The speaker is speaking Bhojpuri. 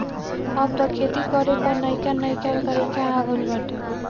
अब तअ खेती करे कअ नईका नईका तरीका आ गइल बाटे